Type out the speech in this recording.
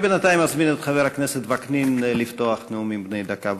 בינתיים אזמין את חבר הכנסת וקנין לפתוח נאומים בני דקה.